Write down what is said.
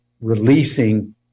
releasing